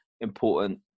important